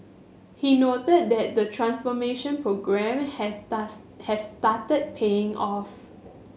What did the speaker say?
he noted that the transformation programme has starts has started paying off